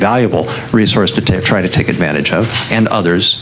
valuable resource to try to take advantage of and others